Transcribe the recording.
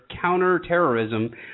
counterterrorism